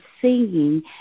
singing